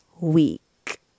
week